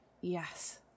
Yes